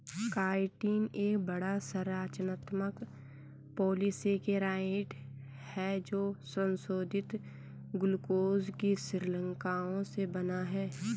chitin एक बड़ा, संरचनात्मक पॉलीसेकेराइड है जो संशोधित ग्लूकोज की श्रृंखलाओं से बना है